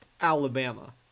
Alabama